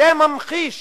זה ממחיש